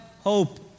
hope